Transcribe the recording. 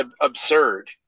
absurd